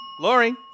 Lori